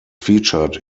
featured